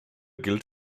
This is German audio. gilt